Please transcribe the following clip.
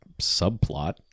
subplot